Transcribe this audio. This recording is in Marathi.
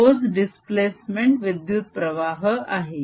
तोच दिस्प्लेसमेंट विद्युत्प्रवाह आहे